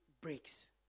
breaks